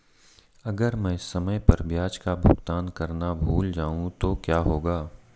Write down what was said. अगर मैं समय पर ब्याज का भुगतान करना भूल जाऊं तो क्या होगा?